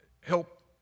help